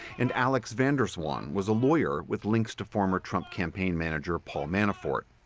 and alex van der zwaan was a lawyer with links to former trump campaign manager paul manafort.